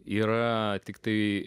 yra tiktai